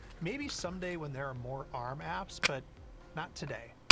maybe someday, when there are more arm apps, but not today.